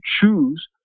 choose